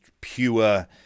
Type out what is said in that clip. pure